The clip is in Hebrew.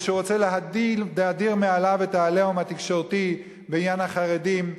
כשהוא רוצה להדיר מעליו את ה"עליהום" התקשורתי בעניין החרדים,